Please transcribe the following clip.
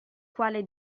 quale